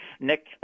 Nick